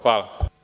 Hvala.